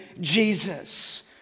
Jesus